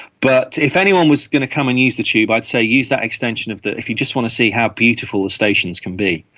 but if anyone was going to come and use the tube, i'd say use that extension of the, if you just want to see how beautiful the stations can be,